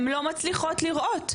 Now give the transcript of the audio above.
הן לא מצליחות לראות,